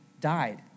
died